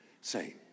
Say